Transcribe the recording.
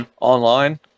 online